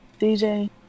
DJ